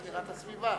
כבוד השר לשמירת הסביבה,